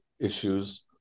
issues